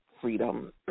freedom